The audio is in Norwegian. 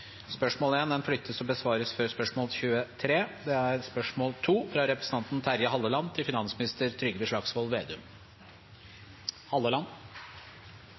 Spørsmål 1 er flyttet og besvares før spørsmål 23. Vi går derfor til spørsmål 2 fra representanten Terje Halleland til